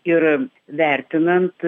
ir vertinant